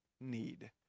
need